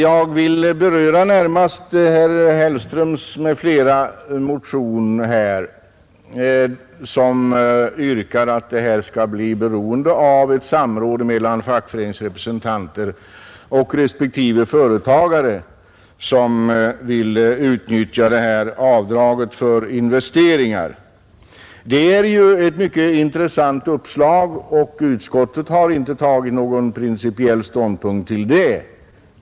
Jag vill närmast beröra motionen av herr Hellström m.fl. vari yrkas att investeringsavdraget skall bli beroende av ett samråd mellan fackföreningsrepresentanter och respektive företagare som vill utnyttja detta avdrag för investeringar. Det är ju ett mycket intressant uppslag, och utskottet har inte tagit någon principiell ståndpunkt till det.